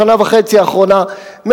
בשנה וחצי האחרונות,